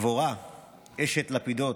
דבורה אשת לפידות,